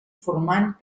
formant